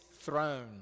throne